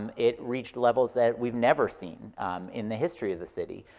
um it reached levels that we've never seen in the history of the city.